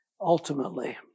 ultimately